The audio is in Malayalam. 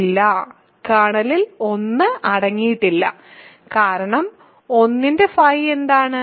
ഇല്ല കേർണലിൽ 1 അടങ്ങിയിട്ടില്ല കാരണം 1 ന്റെ φ എന്താണ്